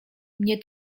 mnie